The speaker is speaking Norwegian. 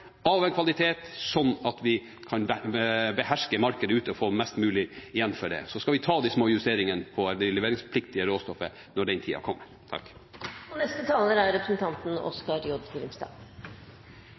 av en sånn kvalitet at vi kan beherske markedet ute og få mest mulig igjen for det. Så skal vi ta de små justeringene av det leveringspliktige råstoffet når den tida kommer.